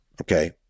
Okay